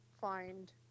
find